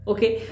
Okay